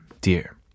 Dear